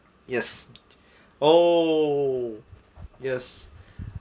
yes oh yes